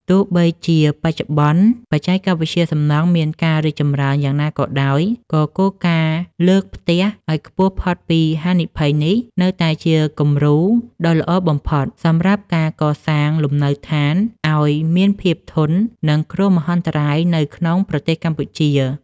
ទោះបីជាបច្ចុប្បន្នបច្ចេកវិទ្យាសំណង់មានការរីកចម្រើនយ៉ាងណាក៏ដោយ ក៏គោលការណ៍លើកផ្ទះឱ្យខ្ពស់ផុតពីហានិភ័យនេះ នៅតែជាគំរូដ៏ល្អបំផុតសម្រាប់ការកសាងលំនៅដ្ឋានឱ្យមានភាពធន់នឹងគ្រោះមហន្តរាយនៅក្នុងប្រទេសកម្ពុជា។